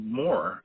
more